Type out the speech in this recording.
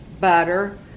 butter